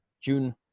June